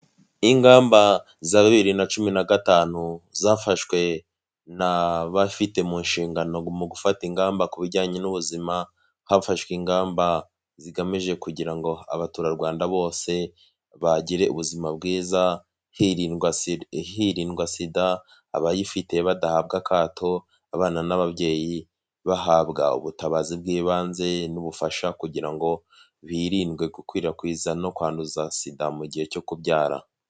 Ingamba za bibiri na cumi na gatanu zafashwe n'abafite mu nshingano mu gufata ingamba ku bijyanye n'ubuzima. Hafashwe ingamba zigamije kugira ngo abaturarwanda bose bagire ubuzima bwiza hirindwa SIDA, abayifite badahabwa akato, abana n'ababyeyi bahabwa ubutabazi bw'ibanze n'ubufasha kugira ngo hirindwe gukwirakwiza no kwanduza SIDA mu gihe cyo kubyara.